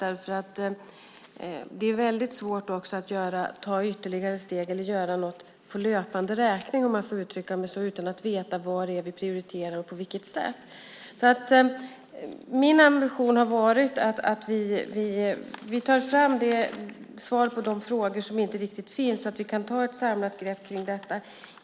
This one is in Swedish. Det är ju väldigt svårt att ta ytterligare steg eller göra något på löpande räkning, om jag får uttrycka mig så, utan att veta vad det är vi prioriterar och på vilket sätt. Min ambition har alltså varit att vi tar fram de svar som inte riktigt finns så att vi kan ta ett samlat grepp kring detta.